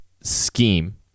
scheme